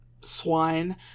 swine